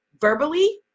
verbally